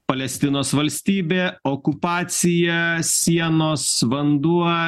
palestinos valstybė okupacija sienos vanduo